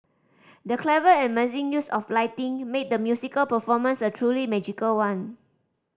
the clever and amazing use of lighting made the musical performance a truly magical one